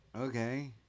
okay